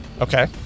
Okay